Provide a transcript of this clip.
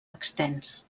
extens